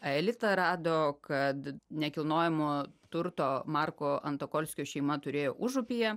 aelita rado kad nekilnojamo turto marko antokolskio šeima turėjo užupyje